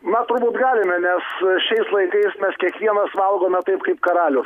na turbūt galime nes šiais laikais mes kiekvienas valgome taip kaip karalius